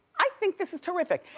i think this is terrific.